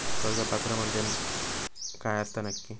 कर्ज पात्र म्हणजे काय असता नक्की?